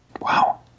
Wow